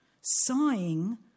Sighing